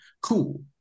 cool